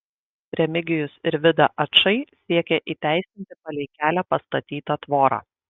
remigijus ir vida ačai siekia įteisinti palei kelią pastatytą tvorą